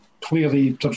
clearly